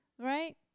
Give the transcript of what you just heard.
right